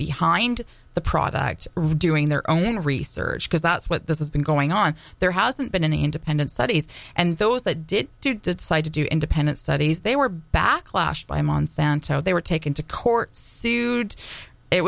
behind the product doing their own research because that's what this has been going on there hasn't been an independent studies and those that did decide to do independent studies they were backlash by monsanto they were taken to court sued it